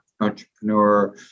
entrepreneur